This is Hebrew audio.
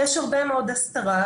יש הרבה מאוד הסתרה.